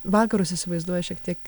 vakarus įsivaizduoja šiek tiek